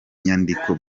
nyandiko